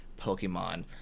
Pokemon